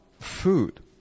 food